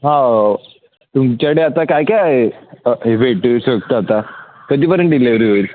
हां तुमच्याकडे आता काय काय आहे हे भेटू शकतं आता कधीपर्यंत डिलेवरी होईल